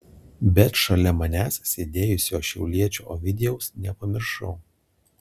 bet šalia manęs sėdėjusio šiauliečio ovidijaus nepamiršau